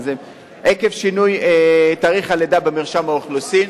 עקב שינוי תאריך הלידה במרשם האוכלוסין.